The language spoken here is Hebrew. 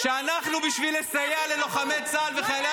שאנחנו בשביל לסייע ללוחמי צה"ל ולחיילי